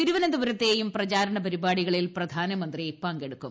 തിരുവനന്തപുരത്തെയും പ്രചാരണ പരിപാടിയിൽ പ്രധാനമന്ത്രി പങ്കെടുക്കും